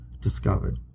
discovered